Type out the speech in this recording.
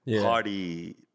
party